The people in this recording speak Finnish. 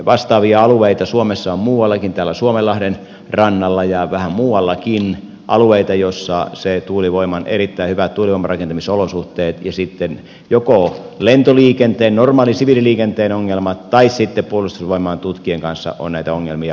vastaavia alueita suomessa on muuallakin täällä suomenlahden rannalla ja vähän muuallakin alueita missä on erittäin hyvät tuulivoiman rakentamisolosuhteet ja sitten joko lentoliikenteen normaalin siviililiikenteen tai sitten puolustusvoimain tutkien kanssa näitä ongelmia